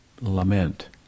lament